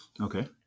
Okay